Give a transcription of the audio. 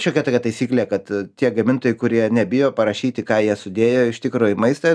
šiokia tokia taisyklė kad tie gamintojai kurie nebijo parašyti ką jie sudėjo iš tikro į maistą